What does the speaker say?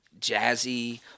jazzy